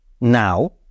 now